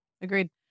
Agreed